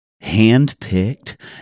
hand-picked